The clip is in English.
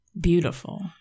beautiful